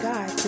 God